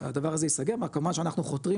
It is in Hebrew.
הדבר הזה ייסגר כמובן שאנחנו חותרים